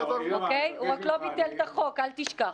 הוא לא ביטל את החוק, אל תשכח.